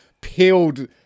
peeled